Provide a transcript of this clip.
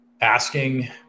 asking